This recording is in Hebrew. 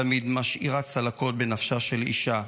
תמיד משאירה צלקות בנפשה של אישה,